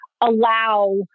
allow